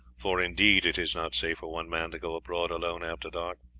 for indeed it is not safe for one man to go abroad alone after dark.